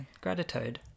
gratitude